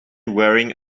wearing